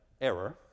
error